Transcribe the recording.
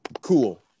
cool